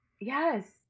Yes